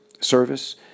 service